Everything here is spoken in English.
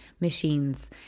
machines